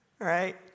Right